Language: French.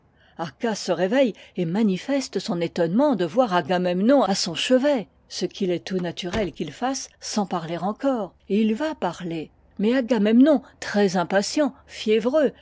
arcas se réveille et manifeste son étonnement de voir agamemnon à son chevet ce qu'il est tout naturel qu'il fasse sans parler encore et il va parler mais agamemnon très impatient fiévreux